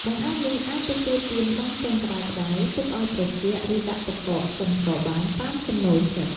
បង្អែមនេះអាចទទួលទានបានទាំងក្ដៅៗ ទុកឱ្យត្រជាក់ ឬដាក់ទឹកកកសិនក៏បាន តាមចំណូលចិត្ត។